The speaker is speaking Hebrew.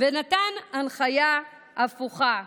ונתן הנחיה הפוכה,